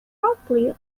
promptly